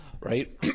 right